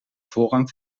voorrang